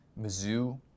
Mizzou